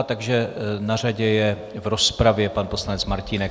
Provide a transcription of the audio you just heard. Takže na řadě je v rozpravě pan poslanec Martínek.